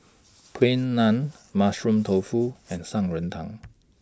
Plain Naan Mushroom Tofu and Shan Rui Tang